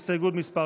הסתייגות מס'